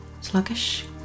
sluggish